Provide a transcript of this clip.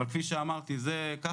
אבל כפי שאמרתי זה המדיניות,